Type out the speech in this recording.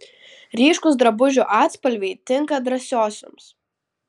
ryškūs drabužių atspalviai tinka drąsiosioms